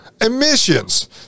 emissions